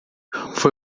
foi